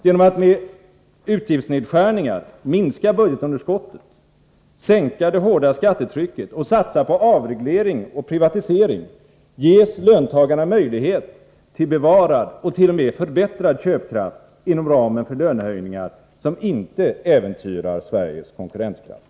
Genom att med utgiftsnedskärningar minska budgetunderskottet, sänka det hårda skattetrycket och satsa på avreglering och privatisering ges löntagarna möjlighet till bevarad och t.o.m. förbättrad köpkraft inom ramen för lönehöjningar som inte äventyrar Sveriges konkurrenskraft.